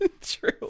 True